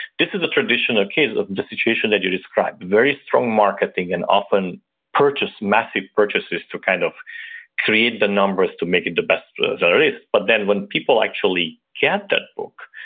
this is a traditional case of the situation that you described. very strong marketing and often purchase massive purchases to kind of create the numbers to make it the bestseller list, but then when people actually get that book,